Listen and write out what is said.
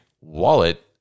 wallet